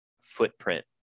footprint